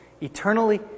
eternally